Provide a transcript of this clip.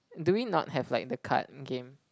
do we not have like the card game